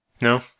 No